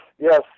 Yes